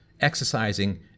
exercising